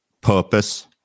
purpose